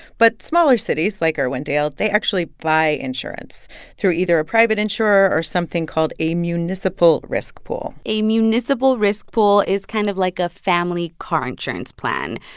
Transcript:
but smaller cities like irwindale they actually buy insurance through either a private insurer or something called a municipal risk pool a municipal risk pool is kind of like a family car insurance plan.